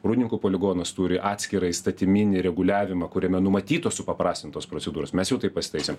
rūdninkų poligonas turi atskirą įstatyminį reguliavimą kuriame numatytos supaprastintos procedūros mes jau taip pasitaisėm